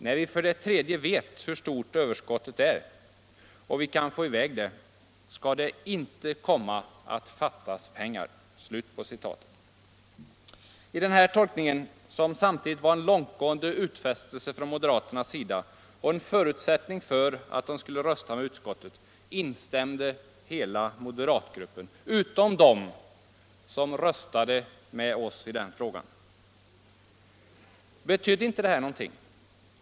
När vi för det tredje vet hur stort överskottet är och vi kan få i väg det skall det icke komma att fattas pengar.” I den här tolkningen, som samtidigt var en långtgående utfästelse från moderathåll och en förutsättning för att de skulle rösta med utskottet, instämde moderatgruppen. Några röstade med oss i frågan. Betydde inte detta någonting?